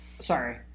Sorry